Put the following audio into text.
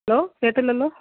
hello കേട്ടില്ലല്ലോ